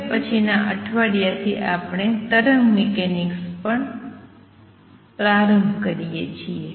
અને પછીના અઠવાડિયા થી આપણે તરંગ મિકેનિક્સ પર પ્રારંભ કરીએ છીએ